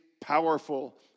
powerful